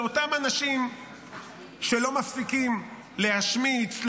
אלה אותם אנשים שלא מפסיקים להשמיץ,